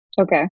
Okay